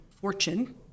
fortune